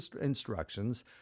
instructions